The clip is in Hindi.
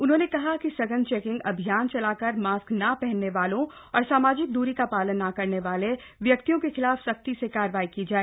उन्होंने कहा कि सघन चैकिंग अभियान चलाकर मास्क न पहनने वाले और सामाजिक द्री का पालन न करने वाले व्यक्तियों के खिलाफ सख्ती से कार्रवाई की जाए